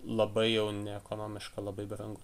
labai jau neekonomiška labai brangu